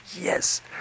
Yes